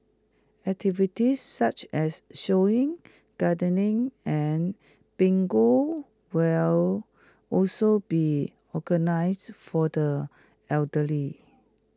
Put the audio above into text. activities such as sewing gardening and bingo will also be organised for the elderly